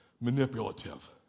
manipulative